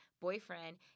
boyfriend